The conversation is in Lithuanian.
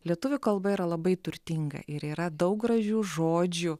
lietuvių kalba yra labai turtinga ir yra daug gražių žodžių